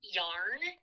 yarn